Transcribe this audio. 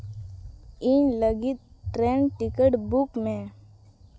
ᱤᱧ ᱞᱟᱹᱜᱤᱫ train ticket book ᱢᱮ